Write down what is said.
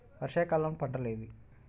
వర్షాకాలం పంటలు ఏవి?